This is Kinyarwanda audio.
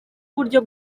uburyo